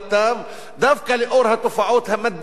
דווקא לאור התופעות המדאיגות ביותר